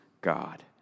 God